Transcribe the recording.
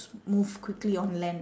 move quickly on land